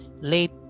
late